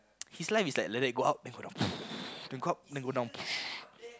his life is like like that go up then go down then go up then go down